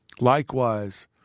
Likewise